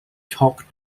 chalk